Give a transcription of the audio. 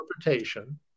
interpretation